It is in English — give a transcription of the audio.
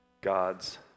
God's